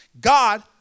God